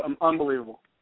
unbelievable